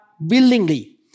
willingly